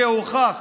זה הוכח